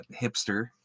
hipster